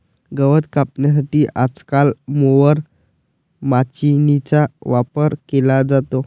गवत कापण्यासाठी आजकाल मोवर माचीनीचा वापर केला जातो